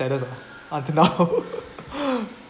saddest lah until now